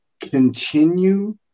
continue